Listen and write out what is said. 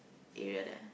area there